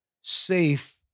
safe